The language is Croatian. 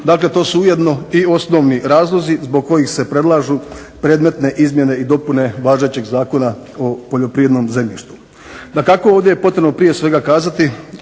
Dakle, to su ujedno i osnovni razlozi zbog kojih se predlažu predmetne izmjene i dopune važećeg zakona o poljoprivrednom zemljištu. Dakako, ovdje je potrebno prije svega kazati